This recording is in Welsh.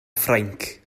ffrainc